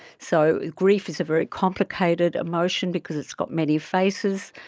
so grief is a very complicated emotion because it's got many faces.